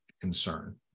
concern